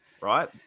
Right